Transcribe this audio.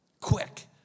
quick